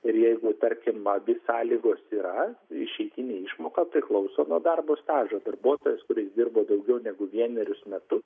ir jeigu tarkim abi sąlygos yra išeitinė išmoka priklauso nuo darbo stažo darbuotojas kuris dirbo daugiau negu vienerius metus